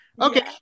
okay